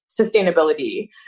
sustainability